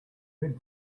red